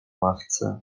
ławce